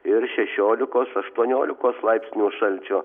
ir šešiolikos aštuoniolikos laipsnių šalčio